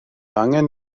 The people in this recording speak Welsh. angen